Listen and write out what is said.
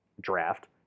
draft